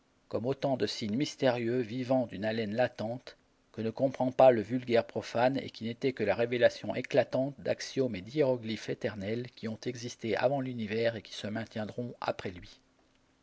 comme autant de signes mystérieux vivants d'une haleine latente que ne comprend pas le vulgaire profane et qui n'étaient que la révélation éclatante d'axiomes et d'hiéroglyphes éternels qui ont existé avant l'univers et qui se maintiendront après lui